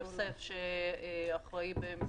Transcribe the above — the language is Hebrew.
לא